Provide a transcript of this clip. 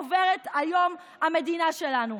עוברת היום המדינה שלנו,